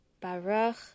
Baruch